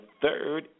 third